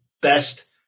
best